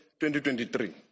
2023